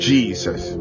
Jesus